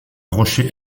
rocher